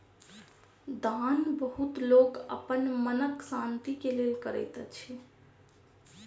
दान बहुत लोक अपन मनक शान्ति के लेल करैत अछि